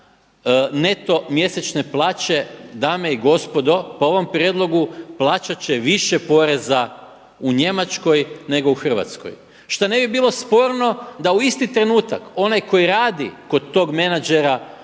neto mjesečne plaće dame i gospodo po ovom prijedlogu plaćati će više poreza u Njemačkoj nego u Hrvatskoj. Šta ne bi bilo sporno da u isti trenutak onaj koji radi kod tog menadžera